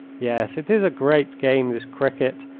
yes, it is a great game this cricket,